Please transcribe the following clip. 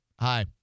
hi